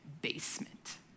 basement